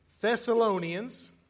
Thessalonians